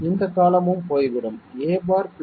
இந்த காலமும் போய்விடும் a' a'